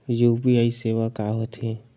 UPI सेवा का होथे?